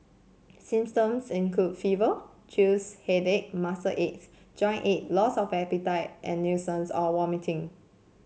symptoms include fever chills headache muscle aches joint ache loss of appetite and nausea or vomiting